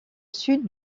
sud